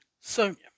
Sonia